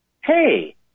hey